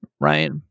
right